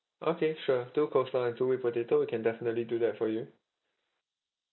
okay sure two coleslaw and two whipped potato we can definitely do that for you